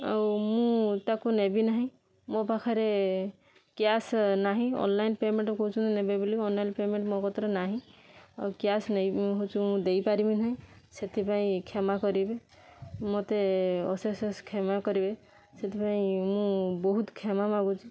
ଆଉ ମୁଁ ତାକୁ ନେବି ନାହିଁ ମୋ ପାଖରେ କ୍ୟାସ୍ ନାହିଁ ଅନ୍ଲାଇନ୍ ପେମେଣ୍ଟ କହୁଛନ୍ତି ନେବେ ବୋଲି ଅନ୍ଲାଇନ୍ ପେମେଣ୍ଟ ମୋ କତିରେ ନାହିଁ ଆଉ କ୍ୟାସ୍ ନେଇ ହଉଛି ମୁଁ ଦେଇପାରିବି ନାହିଁ ସେଥିପାଇଁ କ୍ଷମା କରିବେ ମୋତେ ଅଶେଷ ଅଶେଷ କ୍ଷମା କରିବେ ସେଥିପାଇଁ ମୁଁ ବହୁତ କ୍ଷମା ମାଗୁଛି